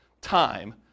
time